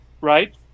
right